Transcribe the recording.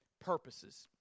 purposes